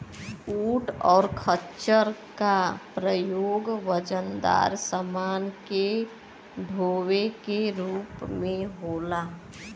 ऊंट और खच्चर का प्रयोग वजनदार समान के डोवे के रूप में होला